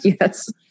Yes